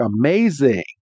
amazing